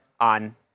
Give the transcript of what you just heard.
on